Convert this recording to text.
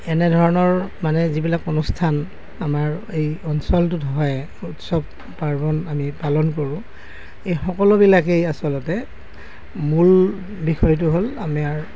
এনে ধৰণৰ মানে যিবিলাক অনুষ্ঠান আমাৰ এই অঞ্চলটোত হয় উৎসৱ পাৰ্বণ আমি পালন কৰোঁ এই সকলোবিলাকেই আচলতে মূল বিষয়টো হ'ল আমাৰ